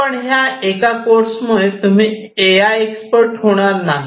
पण ह्या एका कोर्समुळे तुम्ही ए आय एक्सपर्ट होणार नाहीत